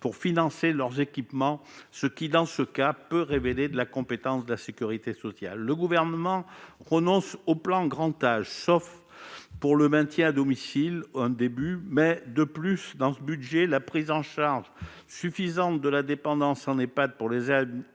pour financer leurs équipements, ce qui peut relever de la compétence de la sécurité sociale. Le Gouvernement renonce au plan Grand âge, sauf pour le maintien à domicile. C'est un début. Mais le texte ne prévoit pas une prise en charge suffisante de la dépendance en Ehpad pour les années